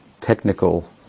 technical